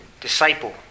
disciple